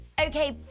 Okay